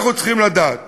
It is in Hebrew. אנחנו צריכים לדעת